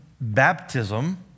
baptism